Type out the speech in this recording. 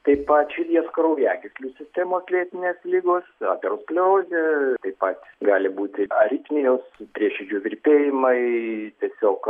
taip pat širdies kraujagyslių sistemos lėtinės ligos aterosklerozė taip pat gali būti aritmijos prieširdžių virpėjimai tiesiog